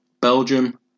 Belgium